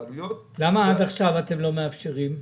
למה עד עכשיו אתם לא מאפשרים?